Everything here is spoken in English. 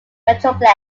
metroplex